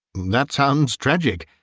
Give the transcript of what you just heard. that sounds tragic.